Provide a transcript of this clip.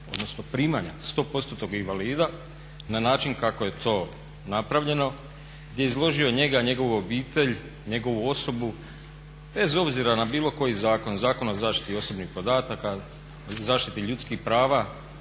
odnosno primanja sto postotnog invalida na način kako je to napravljeno gdje je izložio njega, njegovu obitelj, njegovu osobu bez obzira na bilo koji zakon, Zakon o zaštiti osobnih podataka, zaštiti ljudskih prava,